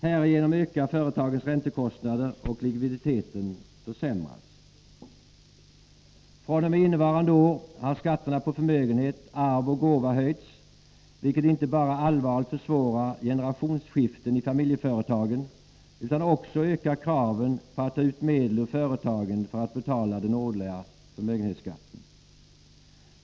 Härigenom ökar företagens räntekostnader, och likviditeten försämras. fr.o.m. innevarande år har skatterna på förmögenhet, arv och gåva höjts, vilket inte bara allvarligt försvårar generationsskiften i familjeföretagen utan också ökar kraven på att ta ut medel ur företagen för att betala den årliga förmögenhetsskatten.